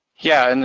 yeah, and